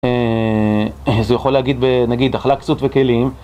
זה יכול להגיד, נגיד, אכלה קצת וכלים